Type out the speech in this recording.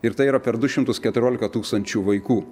ir tai yra per du šimtus keturiolika tūkstančių vaikų